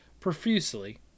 profusely